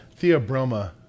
Theobroma